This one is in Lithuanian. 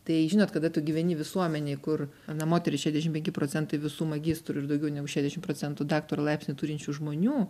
tai žinot kada tu gyveni visuomenėj kur ana moterys šešiasdešimt penki procentai visų magistrų ir daugiau negu šešiasdešimt procentų daktaro laipsnį turinčių žmonių